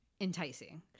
enticing